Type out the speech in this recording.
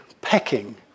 pecking